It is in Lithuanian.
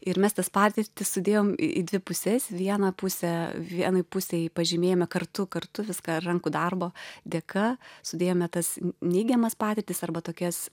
ir mes tas patirtis sudėjom į dvi puses vieną pusę vienai pusei pažymėjome kartu kartu viską rankų darbo dėka sudėjome tas neigiamas patirtis arba tokias